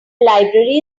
library